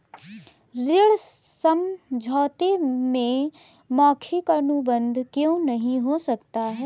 ऋण समझौते में मौखिक अनुबंध क्यों नहीं हो सकता?